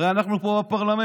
הרי אנחנו פה בפרלמנט.